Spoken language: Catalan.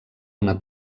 una